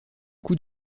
coups